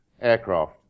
aircraft